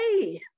hey